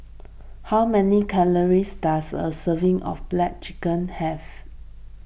how many calories does a serving of Black Chicken have